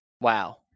Wow